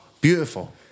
beautiful